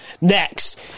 Next